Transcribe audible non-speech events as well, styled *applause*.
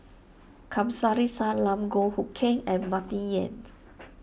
Kamsari Salam Goh Hood Keng and Martin Yan *unintelligible* *noise*